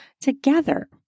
together